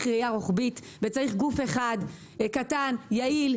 ראייה רוחבית וצריך גוף אחד קטן ויעיל,